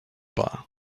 bar